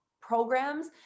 programs